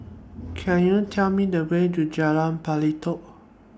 Can YOU Tell Me The Way to Jalan Pelatok